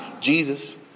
Jesus